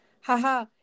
haha